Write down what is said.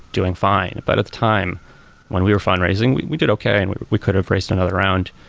doing fine. but at the time when we were fundraising, we we did okay and we we could have raised another round.